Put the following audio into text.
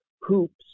hoops